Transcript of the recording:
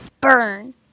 burn